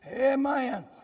Amen